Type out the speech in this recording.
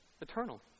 Eternal